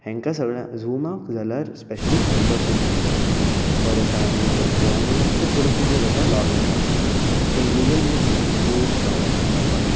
हांकां सगळ्या झुमाक जाल्यार स्पॅशली मँबरशीप दिवंक जाय बरें सायन ईन करूंक जाय आनी तांचे प्रोसिजर आसा लॉग ईन जावपाक पूण गुगल मीट म्हळ्यार खूब सोवाय सोंपाय